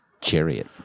chariot